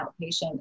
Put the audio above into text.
outpatient